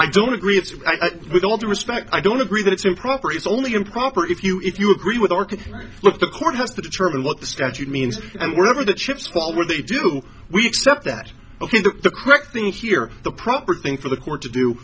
i don't agree it with all due respect i don't agree that it's improper it's only improper if you if you agree with mark look the court has to determine what the statute means and wherever the chips fall where they do we accept that ok the correct thing here the proper thing for the court to do